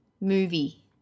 movie